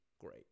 great